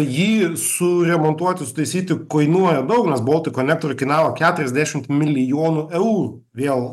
jį suremontuoti sutaisyti kainuoja daug nes boltik konektor keturiasdešimt milijonų eurų vėl